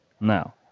Now